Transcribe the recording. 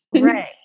Right